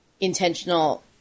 intentional